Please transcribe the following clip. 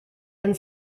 and